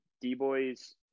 D-Boys